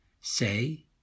Say